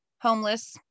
homeless